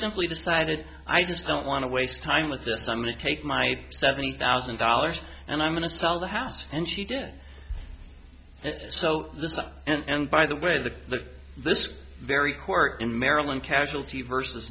simply decided i just don't want to waste time with this i'm going to take my seventy thousand dollars and i'm going to sell the house and she did so and by the way the this very court in maryland casualty v